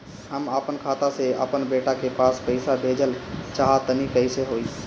हम आपन खाता से आपन बेटा के पास पईसा भेजल चाह तानि कइसे होई?